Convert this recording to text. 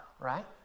right